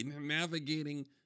navigating